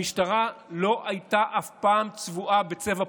המשטרה לא הייתה אף פעם צבועה בצבע פוליטי.